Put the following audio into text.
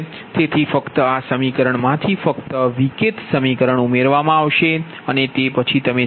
તેથી ફક્ત આ સમીકરણ માંથી ફક્ત Vkth સમીકરણ જ ઉમેરવામાં આવશે અને તે પછી તમે સરળ કરો